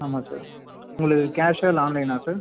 ஆமாம் சார் உங்களுக்கு கேஷாக இல்லை ஆன்லைன்னா சார்